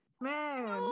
Man